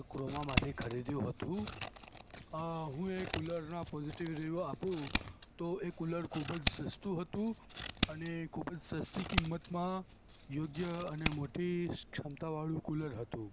ક્રોમામાંથી ખરીદ્યું હતું હું એ કુલરના પૉઝિટિવ રિવ્યૂ આપું તો એ કુલર ખૂબ જ સસ્તું હતું અને ખૂબ જ સસ્તી કિંમતમાં યોગ્ય અને મોટી ક્ષમતાવાળું કૂલર હતું